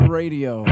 radio